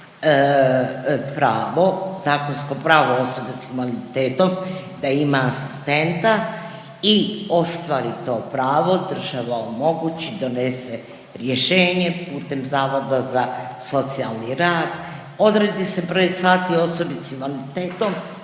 pravo, zakonsko pravo osobe s invaliditetom da ima asistenta i ostvari to pravo, država omogući, donese rješenje putem Zavoda za socijalni rad, odredi se broj sati osobi s invaliditetom